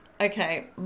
okay